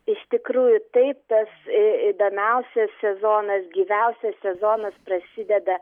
iš tikrųjų taip tas įdomiausias sezonas gyviausias sezonas prasideda